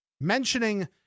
mentioning